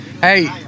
hey